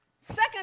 Second